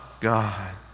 God